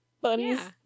Bunnies